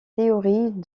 théories